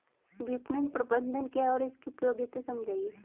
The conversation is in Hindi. विपणन प्रबंधन क्या है इसकी उपयोगिता समझाइए?